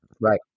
Right